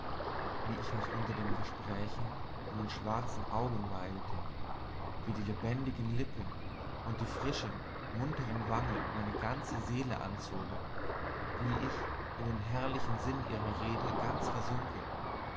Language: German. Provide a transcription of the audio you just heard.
wie ich mich unter dem gespäche in den schwarzen augen weidete wie die lebendigen lippen und die frischen muntern wangen meine ganze seele anzogen wie ich in den herrlichen sinn ihrer rede ganz versunken